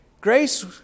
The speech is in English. grace